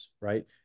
right